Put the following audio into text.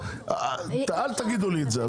אל תגידו לי את זה, עזבו.